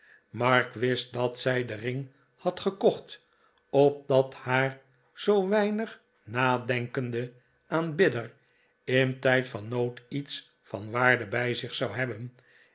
mark wist dat zij den ring had gekocht opdat haar zoo weinig nadenkende aanbidder in tijd van nood iets van waarde bij zich zou hebben